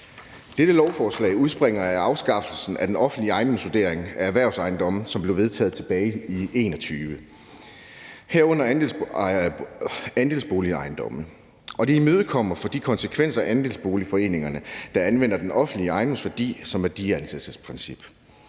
Dette lovforslag udspringer af afskaffelsen af den offentlige ejendomsvurdering af erhvervsejendomme, herunder andelsboilgejendomme, som blev vedtaget tilbage i 2021, og det imødekommer konsekvenserne for de andelsboligforeninger, der anvender den offentlige ejendomsvurdering som værdiansættelsesprincip.